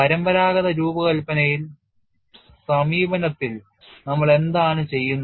പരമ്പരാഗത രൂപകൽപ്പന സമീപനത്തിൽ നമ്മൾ എന്താണ് ചെയ്യുന്നത്